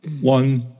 one